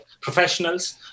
professionals